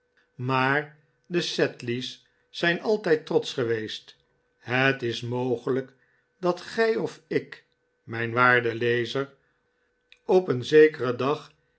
maar de sedley's zijn altijd trotsch geweest het is mogelijk dat gij of ik mijn waarde lezer op zekeren dag